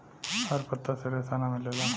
हर पत्ता से रेशा ना मिलेला